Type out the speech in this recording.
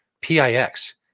P-I-X